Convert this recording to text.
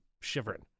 shivering